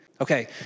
okay